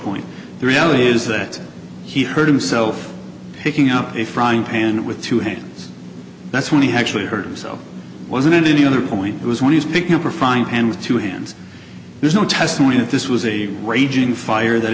point the reality is that he hurt himself picking up a frying pan with two hands that's when he actually hurt himself wasn't any other point was when he's picking up a fine hand with two hands there's no testimony that this was a raging fire that